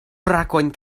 brakojn